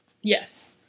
Yes